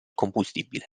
combustibile